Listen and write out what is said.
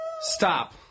stop